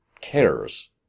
cares